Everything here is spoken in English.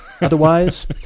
otherwise